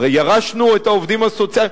הרי ירשנו את העובדים הסוציאליים.